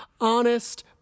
honest